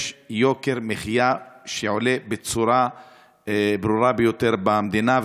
יש יוקר מחיה שעולה בצורה ברורה ביותר במדינה,